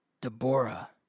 Deborah